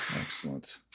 Excellent